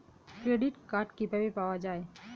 Credit card কিভাবে পাওয়া য়ায়?